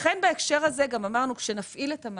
לכן בהקשר הזה גם אמרנו שכאשר נפעיל את המהלך,